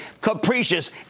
capricious